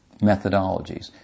methodologies